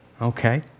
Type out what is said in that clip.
Okay